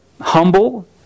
humble